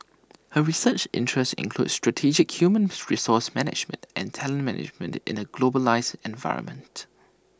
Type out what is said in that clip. her research interests include strategic human resource management and talent management in A globalised environment